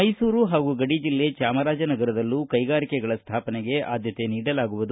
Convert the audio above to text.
ಮೈಸೂರು ಪಾಗೂ ಗಡಿ ಜಿಲ್ಲೆ ಚಾಮರಾಜನಗರದಲ್ಲೂ ಕೈಗಾರಿಕೆಗಳ ಸ್ಥಾಪನೆಗೆ ಆದ್ದತೆ ನೀಡಲಾಗುವುದು